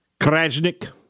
Krajnik